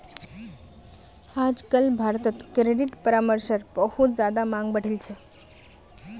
आजकल भारत्त क्रेडिट परामर्शेर बहुत ज्यादा मांग बढ़ील छे